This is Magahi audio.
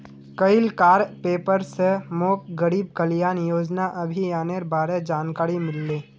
कइल कार पेपर स मोक गरीब कल्याण योजना अभियानेर बारे जानकारी मिलले